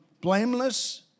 blameless